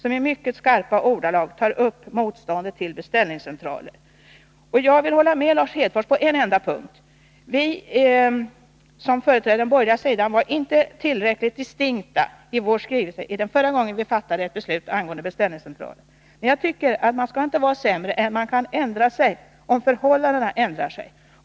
I mycket skarpa ordalag ger de uttryck för sitt motstånd mot beställningscentraler. Jag kan hålla med Lars Hedfors på en enda punkt, nämligen att vi som företräder den borgerliga sidan inte var tillräckligt distinkta i vår skrivning förra gången vi fattade beslut angående beställningscentraler. Men jag tycker att man inte skall vara sämre än att man kan ändra sig, om förhållandena förändras.